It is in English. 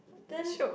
then